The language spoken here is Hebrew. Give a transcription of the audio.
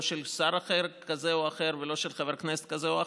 לא של שר כזה או אחר ולא של חבר כנסת כזה או אחר,